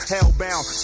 Hellbound